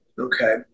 Okay